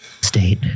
State